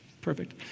Perfect